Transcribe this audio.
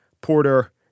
Porter